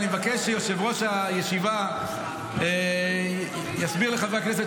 ואני מבקש שיושב-ראש הישיבה יסביר לחברי הכנסת